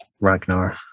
Ragnar